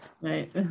Right